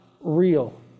real